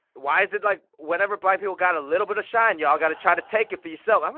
why is it, like, whenever black people got a little bit of shine, y'all got to try to take it for yourself? i'm